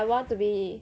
I want to be